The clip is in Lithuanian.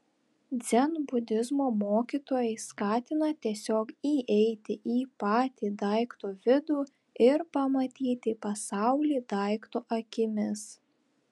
dzenbudizmo mokytojai skatina tiesiog įeiti į patį daikto vidų ir pamatyti pasaulį daikto akimis